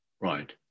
Right